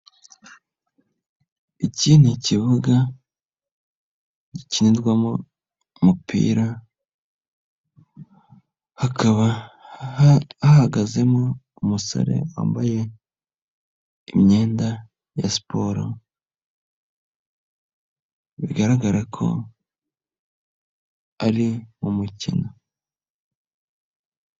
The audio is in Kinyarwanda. Iki ni kibuga gikinirwamo umupira, hakaba hahagazemo umusore wambaye imyenda ya siporo, bigaragara ko ari umukino.